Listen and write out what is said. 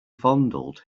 fondled